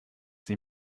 sie